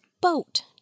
boat